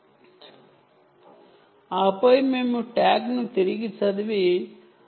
కాబట్టి మేము programming mode నుండి బయటకు వస్తాము ఆపై మేము ట్యాగ్ను తిరిగి చదివుతాము